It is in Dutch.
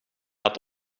het